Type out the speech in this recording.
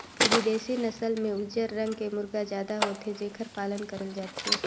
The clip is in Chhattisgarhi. बिदेसी नसल में उजर रंग के मुरगा जादा होथे जेखर पालन करल जाथे